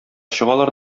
чыгалар